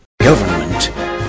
Government